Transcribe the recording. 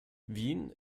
wien